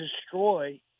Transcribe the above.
destroy